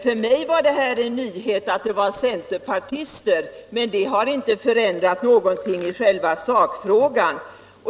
För mig var det en nyhet att det var centerpartister, men det har inte förändrat någonting i själva sakfrågan.